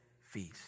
feast